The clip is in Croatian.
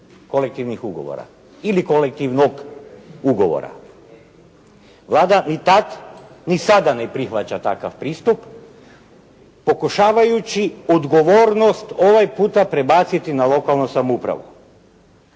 kolektivnih ugovora ili kolektivnog ugovora. Vlada ni tad ni sada ne prihvaća takav pristup pokušavajući odgovornost ovaj puta prebaciti na lokalnu samoupravu.